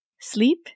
sleep